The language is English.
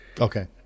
Okay